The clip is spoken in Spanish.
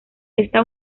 está